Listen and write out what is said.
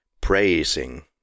praising